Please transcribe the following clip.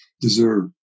deserve